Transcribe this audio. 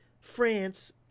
France